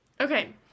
Okay